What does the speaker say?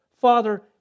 Father